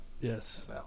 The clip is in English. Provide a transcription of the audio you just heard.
Yes